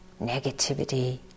negativity